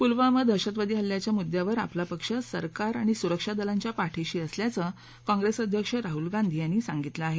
पुलवामा दहशतवादी हल्ल्याच्या मुद्द्यावर आपला पक्ष सरकार आणि सुरक्षा दलांच्या पाठिशी असल्याचं कॉंग्रेस अध्यक्ष राहुल गांधी यांनी सांगितलं आहे